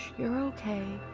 you're okay.